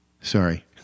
Sorry